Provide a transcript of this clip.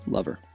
Lover